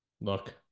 look